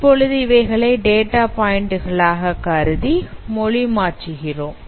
இப்பொழுது இவைகளை data point களாக கருதி மொழி மாற்றுகிறோம்